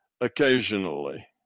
occasionally